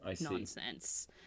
nonsense